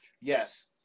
Yes